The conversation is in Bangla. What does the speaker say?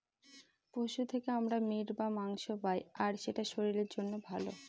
পশু থেকে আমরা মিট বা মাংস পায়, আর এটা শরীরের জন্য ভালো